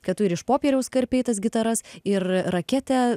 kad tu ir iš popieriaus karpei tas gitaras ir raketę